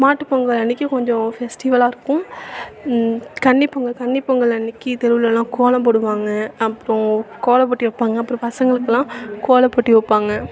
மாட்டுப்பொங்கல் அன்றைக்கு கொஞ்சம் ஃபெஸ்டிவலாக இருக்கும் கன்னிப்பொங்கல் கன்னிப்பொங்கல் அன்றைக்கி தெருவுலலாம் கோலம் போடுவாங்க அப்றம் கோலப்போட்டி வைப்பாங்க அப்புறம் பசங்களுக்கெல்லாம் கோலப்போட்டி வைப்பாங்க